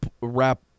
wrap